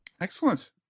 Excellent